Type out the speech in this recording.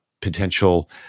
potential